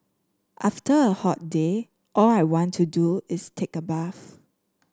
after a hot day all I want to do is take a bath